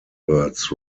birds